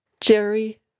Jerry